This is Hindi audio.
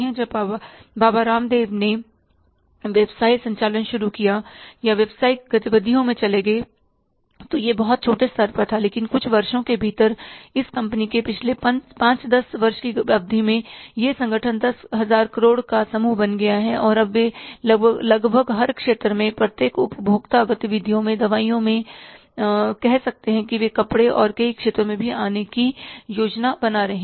जब बाबा रामदेव ने व्यवसाय संचालन शुरू किया या व्यावसायिक गतिविधियों में चले गए तो यह बहुत छोटे स्तर पर था लेकिन कुछ वर्षों के भीतर इस कंपनी के पिछले 5 10 वर्ष की अवधि में यह संगठन दस हजार करोड़ का समूह बन गया है और अब वे लगभग हर क्षेत्र में प्रत्येक उपभोक्ता गतिविधियों में दवाइयों में कहना तो यह है कि अब वे कपड़े और कई क्षेत्रों में भी आने की योजना बना रहे हैं